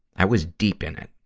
i was deep in it.